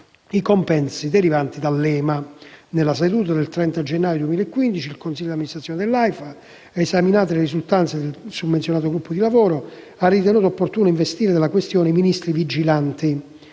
i compensi derivanti dall'EMA. Nella seduta del 30 gennaio 2015, il consiglio di amministrazione dell'AIFA, esaminate le risultanze del summenzionato gruppo di lavoro, ha ritenuto opportuno investire della questione i Ministeri vigilanti,